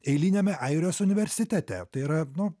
eiliniame airijos universitete tai yra nu